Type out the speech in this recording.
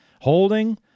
Holding